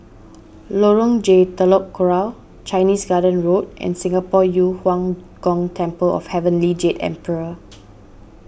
Lorong J Telok Kurau Chinese Garden Road and Singapore Yu Huang Gong Temple of Heavenly Jade Emperor